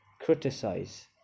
criticize